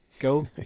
Go